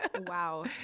Wow